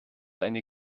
eine